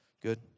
Good